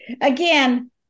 again